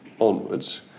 onwards